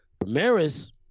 Ramirez